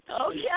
Okay